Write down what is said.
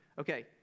okay